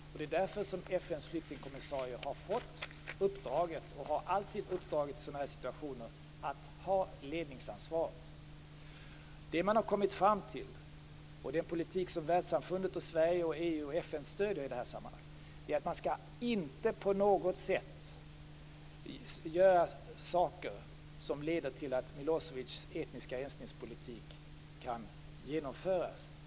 Det är därför FN:s flyktingkommissarie har fått uppdraget - och i sådana situationer alltid har uppdraget - att ha ledningsansvaret. Det man har kommit fram till, och den politik som världssamfundet, Sverige, EU och FN stöder i detta sammanhang, är att man inte på något sätt skall göra saker som leder till att Milosevics etniska rensningspolitik kan genomföras.